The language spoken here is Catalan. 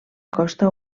costa